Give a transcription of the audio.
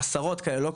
עשרות כאלו,